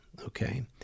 Okay